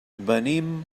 venim